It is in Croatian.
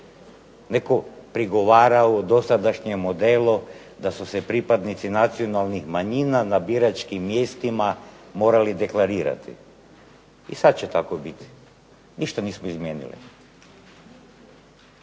Netko prigovarao dosadašnjem modelu da su se pripadnici nacionalnih manjina na biračkim mjestima morali deklarirati, i sada će tako biti, ništa nismo izmijenili.